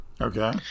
Okay